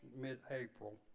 mid-April